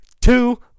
two